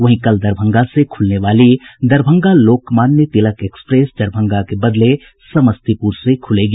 वहीं कल दरभंगा से खुलने वाली दरभंगा लोकमान्य तिलक एक्सप्रेस दरभंगा के बदले समस्तीपुर से खुलेगी